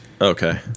Okay